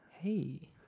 Hey